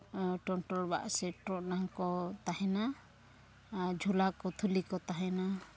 ᱥᱮ ᱴᱚᱨᱚᱰᱟᱝ ᱠᱚ ᱛᱟᱦᱮᱱᱟ ᱟᱨ ᱡᱷᱚᱞᱟ ᱠᱚ ᱛᱷᱩᱞᱤ ᱠᱚ ᱛᱟᱦᱮᱱᱟ